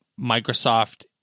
Microsoft